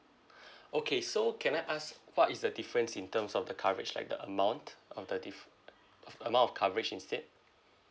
okay so can I ask what is the difference in terms of the coverage like the amount of the diff~ of amount of coverage instead